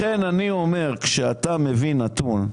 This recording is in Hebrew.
כשאתה מביא נתון,